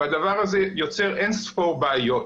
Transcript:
והדבר הזה יוצר אין ספור בעיות.